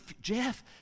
Jeff